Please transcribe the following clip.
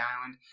island